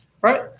Right